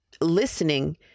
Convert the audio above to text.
listening